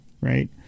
right